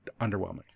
underwhelming